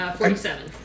forty-seven